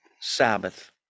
Sabbath